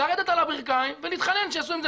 לרדת על הברכיים ולהתחנן שיעשה עם זה